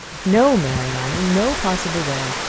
no, marianne, in no possible way.